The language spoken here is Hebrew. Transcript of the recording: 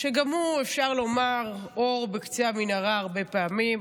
שגם הוא, אפשר לומר, אור בקצה המנהרה הרבה פעמים.